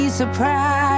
surprise